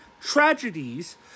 tragedies